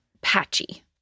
patchy